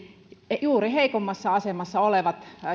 juuri heikommassa asemassa olevat